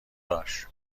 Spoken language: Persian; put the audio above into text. باش